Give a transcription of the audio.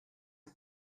are